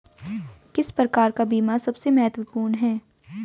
किस प्रकार का बीमा सबसे महत्वपूर्ण है?